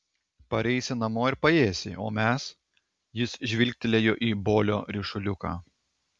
pareisi namo ir paėsi o mes jis žvilgtelėjo į bolio ryšuliuką